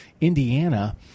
Indiana